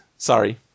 Sorry